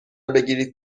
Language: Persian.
بگیرید